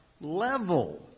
level